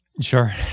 Sure